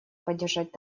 поддержать